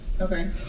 Okay